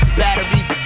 batteries